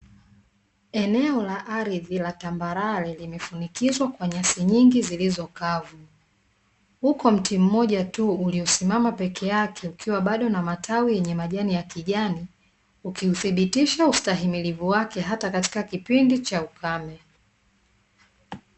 Eneo la ardhi la tambarare limefunikizwa kwa nyasi nyingi zilizo kavu. Uko mti mmoja tu uliosimama peke yake ukiwa bado na matawi yenye majani ya kijani, ukiuthibitisha ustahimilivu wake hata katika kipindi cha ukame.